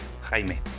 Jaime